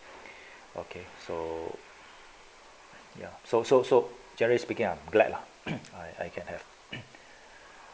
okay so ya so so so generally speaking I'm glad lah I I can have